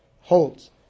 holds